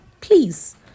Please